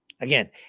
Again